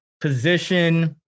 position